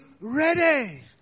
ready